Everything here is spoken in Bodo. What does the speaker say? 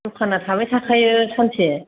दखाना थाबाय थाखायो सानसे